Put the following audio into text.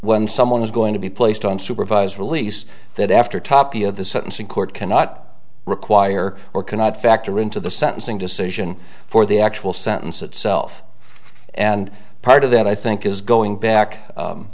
when someone is going to be placed on supervised release that after tapia the sentencing court cannot require or cannot factor into the sentencing decision for the actual sentence itself and part of that i think is going back